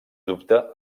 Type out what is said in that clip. dubte